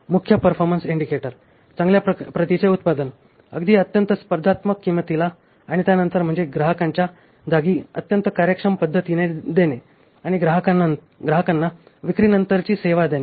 मुख्य performance indicator चांगल्या प्रतीचे उत्पादन अगदी अत्यंत स्पर्धात्मक किंमतीला आणि त्यानंतर म्हणजे ग्राहकांच्या जागी अत्यंत कार्यक्षम पद्धतीने देणे आणि ग्राहकांना विक्रीनंतरची सेवा देणे